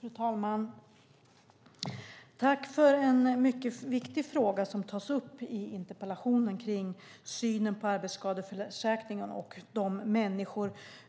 Fru talman! Tack för en mycket viktig fråga som tas upp i interpellationen kring synen på arbetsskadeförsäkringar och